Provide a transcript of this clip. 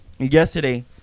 yesterday